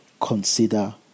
Consider